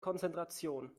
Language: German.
konzentration